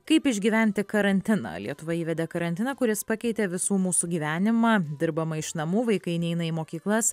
kaip išgyventi karantiną lietuva įvedė karantiną kuris pakeitė visų mūsų gyvenimą dirbama iš namų vaikai neina į mokyklas